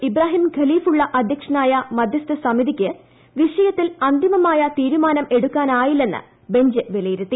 ഇബ്രാഹിം ഖലീഫുള്ള അധ്യക്ഷനായ മധ്യസ്ഥ സമിതിക്ക് വിഷയത്തിൽ അന്തിമമായ തീരുമാനം എടുക്കാനായില്ലെന്ന് ബെഞ്ച് വിലയിരുത്തി